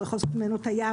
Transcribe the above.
הוא יכול לעשות ממנו טיארה,